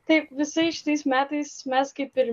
taip visais šitais metais mes kaip ir